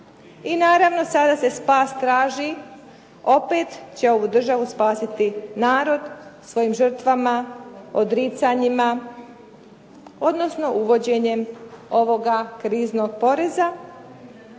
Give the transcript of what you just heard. I naravno, sada se spas traži, opet će ovu državu spasiti narod svojim žrtvama, odricanjima odnosno uvođenjem ovoga kriznog poreza.